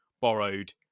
borrowed